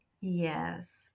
Yes